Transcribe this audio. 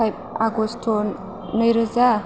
five August नैरोजा